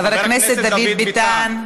חבר הכנסת דוד ביטן,